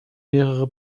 mehrere